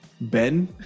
ben